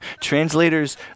translators